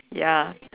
ya